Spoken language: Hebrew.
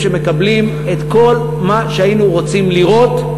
שמקבלים את כל מה שהיינו רוצים לראות,